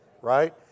right